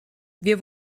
wir